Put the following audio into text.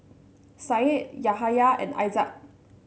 Said Yahaya and Aizat